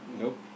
Nope